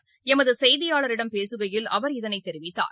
ளமதுசெய்தியாளரிடம் பேசுகையில் அவர் இதனைதெரிவித்தார்